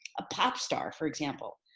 a pop star for example,